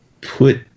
put